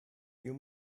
you